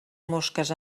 mosques